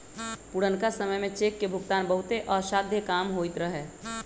पुरनका समय में चेक के भुगतान बहुते असाध्य काम होइत रहै